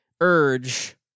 urge